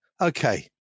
okay